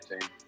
team